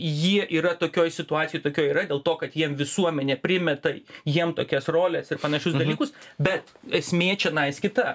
jie yra tokioj situacijoj tokioj yra dėl to kad jiem visuomenė primeta jiem tokias roles ir panašius dalykus bet esmė čionais kita